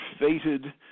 fated